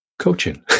Coaching